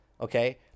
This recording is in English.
Okay